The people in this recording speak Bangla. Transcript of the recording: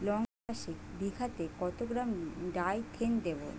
লঙ্কা চাষে বিঘাতে কত গ্রাম ডাইথেন দেবো?